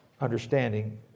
understanding